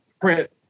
print